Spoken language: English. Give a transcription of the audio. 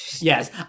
Yes